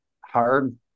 hard